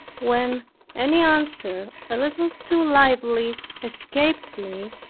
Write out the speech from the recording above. when any answer a little too lively escaped me,